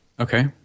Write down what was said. Okay